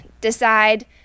decide